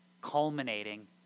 culminating